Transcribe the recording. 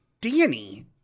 Danny